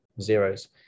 zeros